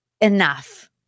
enough